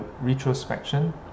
retrospection